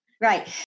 Right